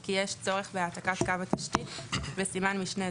כי יש צורך בהעתקת קו התשתית (בסימן משנה זה,